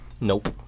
Nope